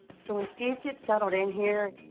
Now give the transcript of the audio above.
so when steve gets settled in here,